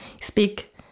speak